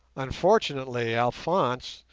unfortunately alphonse,